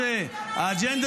גמור.